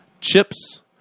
chips